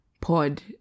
pod